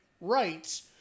rights